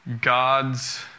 God's